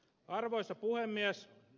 arvoisa puhemies